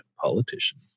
politician